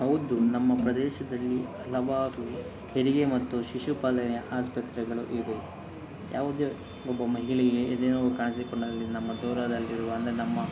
ಹೌದು ನಮ್ಮ ಪ್ರದೇಶದಲ್ಲಿ ಹಲವಾರು ಹೆರಿಗೆ ಮತ್ತು ಶಿಶುಪಾಲನೆಯ ಆಸ್ಪತ್ರೆಗಳು ಇವೆ ಯಾವುದೇ ಒಬ್ಬ ಮಹಿಳೆಗೆ ಎದೆನೋವು ಕಾಣಿಸಿಕೊಂಡಾಗ ನಮ್ಮ ದೂರದಲ್ಲಿರುವ ಅಂದರೆ ನಮ್ಮ